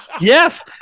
Yes